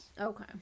Okay